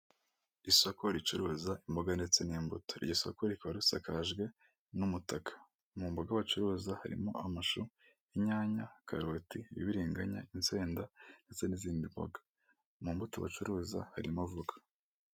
Mu karere ka Muhanga habereyemo irushanwa ry'amagare riba buri mwaka rikabera mu gihugu cy'u Rwanda, babahagaritse ku mpande kugira ngo hataba impanuka ndetse n'abari mu irushanwa babashe gusiganwa nta nkomyi.